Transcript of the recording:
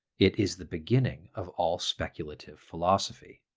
it is the beginning of all speculative philosophy.